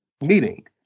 meeting